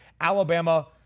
Alabama